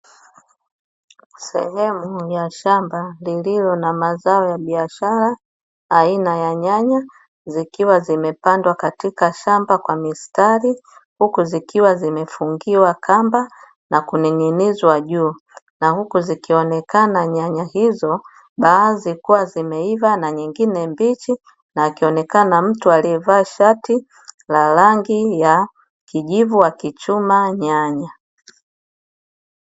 Sehemu ya shamba lililo na mazao ya biashara aina ya nyanya zikiwa zimepandwa katika shamba kwa mistari, huku zikiwa zimefungiwa kamba na kuning'inizwa juu na huku zikionekana nyanya hizo baadhi zikiwa zimeiva na nyingine mbichi, na akionekana mtu alievaa shati la rangi ya kijivu akichuma nyanya.